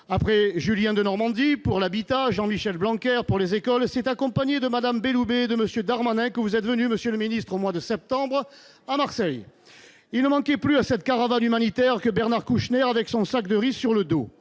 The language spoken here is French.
après Julien Denormandie pour l'habitat, Jean-Michel Blanquer pour les écoles, c'est accompagné de Mme Belloubet et de M. Darmanin que vous êtes venu, monsieur le ministre, au mois de septembre. Il ne manquait plus à cette caravane humanitaire que Bernard Kouchner avec son sac de riz sur le dos